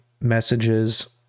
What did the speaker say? messages